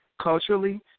Culturally